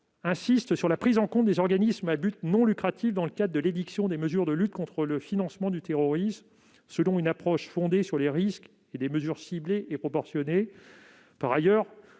nécessaire prise en compte des organismes à but non lucratif dans l'édiction de mesures de lutte contre le financement du terrorisme, selon une approche fondée sur les risques et sur des mesures ciblées et proportionnées.